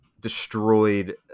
destroyed